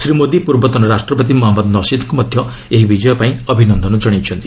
ଶ୍ରୀ ମୋଦି ପୂର୍ବତନ ରାଷ୍ଟ୍ରପତି ମହମ୍ମଦ ନସିଦ୍ଙ୍କୁ ମଧ୍ୟ ଏହି ବିଜୟ ପାଇଁ ଅଭିନନ୍ଦନ ଜଣାଇଛନ୍ତି